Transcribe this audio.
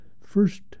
First